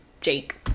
Jake